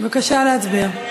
בבקשה להצביע.